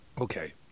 Okay